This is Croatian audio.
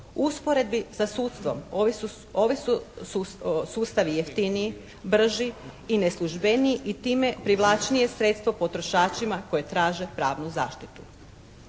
usporedbi sa sudstvom ovi su sustavi jeftiniji, brži i neslužbeniji i time privlačnije sredstvo potrošačima koji traže pravnu zaštitu.